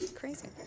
crazy